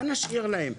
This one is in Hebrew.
מה נשאיר להם?